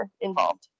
involved